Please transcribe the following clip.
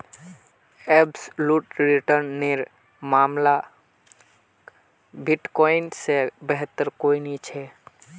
absolute return नेर मामला क बिटकॉइन से बेहतर कोई नी छे